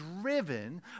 driven